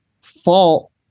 fault